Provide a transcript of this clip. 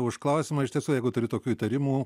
už klausimą iš tiesų jeigu turi tokių įtarimų